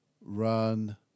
run